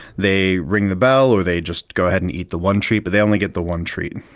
they ring the bell or they just go ahead and eat the one treat but they only get the one treat.